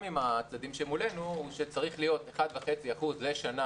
עם הצדדים שמולנו הוא שצריך להיות 1.5% לשנה